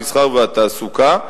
המסחר והתעסוקה,